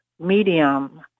medium